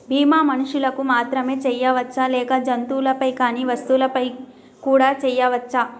బీమా మనుషులకు మాత్రమే చెయ్యవచ్చా లేక జంతువులపై కానీ వస్తువులపై కూడా చేయ వచ్చా?